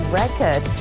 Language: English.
record